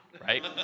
right